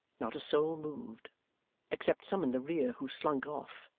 not a soul moved except some in the rear who slunk off,